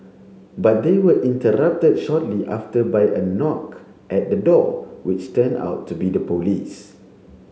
but they were interrupted shortly after by a knock at the door which turned out to be the police